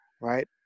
right